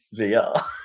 VR